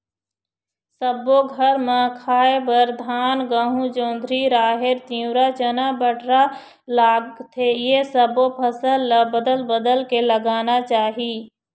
सब्बो घर म खाए बर धान, गहूँ, जोंधरी, राहेर, तिंवरा, चना, बटरा लागथे ए सब्बो फसल ल बदल बदल के लगाना चाही